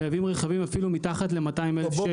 הם מייבאים רכבים אפילו מתחת ל-200,000 שקל.